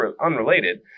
unrelated